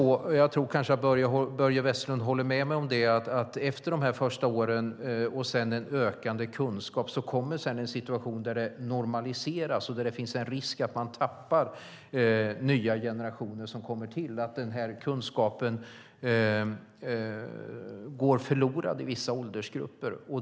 Jag tror kanske att Börje Vestlund håller med mig om att efter de första åren och med ökande kunskap kommer då en situation där det normaliseras och där det finns en risk att man tappar nya generationer som kommer till och att den här kunskapen går förlorad i vissa åldersgrupper.